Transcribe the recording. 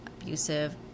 abusive